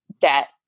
debt